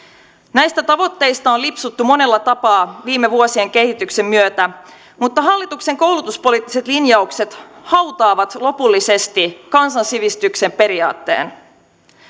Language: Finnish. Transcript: näistä tavoitteista on lipsuttu monella tapaa viime vuosien kehityksen myötä mutta hallituksen koulutuspoliittiset linjaukset hautaavat lopullisesti kansansivistyksen periaatteen